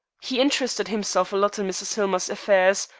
he interested himself a lot in mrs. hillmer's affairs,